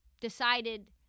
decided